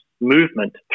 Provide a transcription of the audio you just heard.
movement